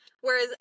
Whereas